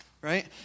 right